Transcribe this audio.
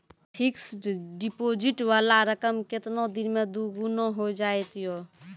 Fixed deposit वाला रकम केतना दिन मे दुगूना हो जाएत यो?